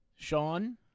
Sean